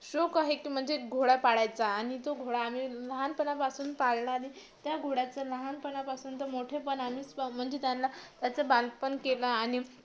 शौक आहे की म्हणजे घोडा पाळायचा आणि तो घोडा आम्ही लहानपणापासून पाळला आणि त्या घोड्याचं लहानपणापासून तर मोठेपण आम्हीच प म्हणजे त्यांनला त्याचं बालपण केलं आणि